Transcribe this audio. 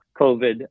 COVID